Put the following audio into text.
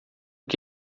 que